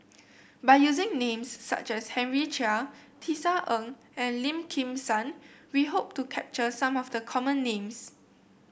by using names such as Henry Chia Tisa Ng and Lim Kim San we hope to capture some of the common names